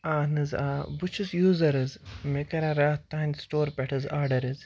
اہن حظ آ بہٕ چھُس یوٗزَر حظ مےٚ کَریٛو راتھ تَہَنٛدِ سٹورٕ پٮ۪ٹھ حظ آرڈَر حظ